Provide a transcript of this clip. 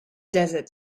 desert